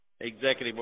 Executive